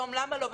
יום למה לא,